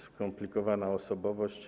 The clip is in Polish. Skomplikowana osobowość.